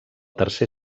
tercer